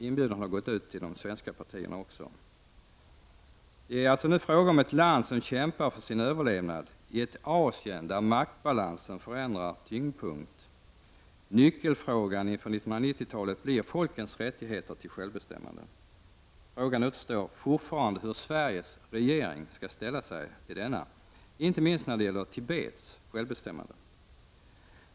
Inbjudan har gått ut också till de svenska politiska partierna. Det är nu fråga om ett land som kämpar för sin överlevnad i ett Asien där maktbalansen förändrar tyngdpunkt. Nyckelfrågan inför 1990-talet blir folkens rättigheter till självbestämmande. Fortfarande återstår frågan hur Sveriges regering skall ställa sig till denna, inte minst när det gäller Tibets självbestämmande.